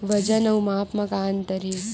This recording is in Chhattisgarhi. वजन अउ माप म का अंतर हे?